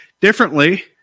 differently